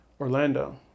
Orlando